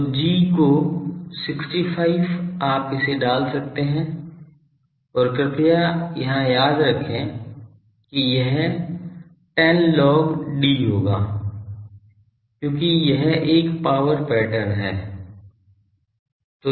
तो g of 65 आप इसे डाल सकते हैं और कृपया यहाँ याद रखें कि यह 10 log d होगा क्योंकि यह एक पावर पैटर्न है